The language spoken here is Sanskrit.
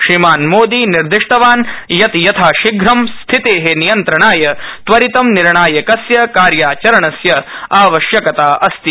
श्रीमान् मोदी निरदिशत् यत् यथाशीघ्रं स्थिते नियन्त्रणाय त्वरितं निर्णायकस्य कार्याचरणस्य आवश्यकता अस्ति